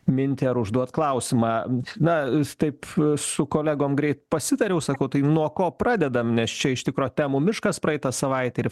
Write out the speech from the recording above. mintį ar užduot klausimą na taip su kolegom greit pasitariau sakau taip nuo ko pradedam nes čia iš tikro temų miškas praeitą savaitę ir